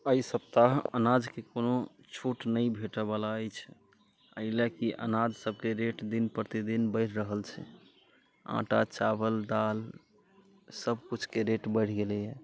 एहि सप्ताह अनाजके कोनो छूट नहि भेटैवला अछि एहिलए कि अनाजसबके रेट दिन प्रतिदिन बढ़ि रहल छै आटा चावल दालि सबकिछुके रेट बढ़ि गेलैए